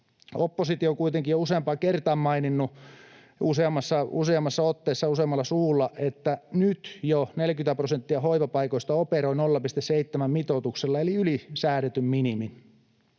Oppositio on kuitenkin jo useampaan kertaan maininnut useammassa otteessa, useammalla suulla, että nyt jo 40 prosenttia hoitopaikoista operoi 0,7 mitoituksella eli yli säädetyn minimin